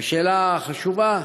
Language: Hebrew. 3. והשאלה החשובה: